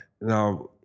Now